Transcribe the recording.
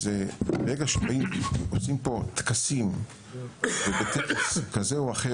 ברגע שמבצעים פה טקסים בהיבטים כאלה ואחרים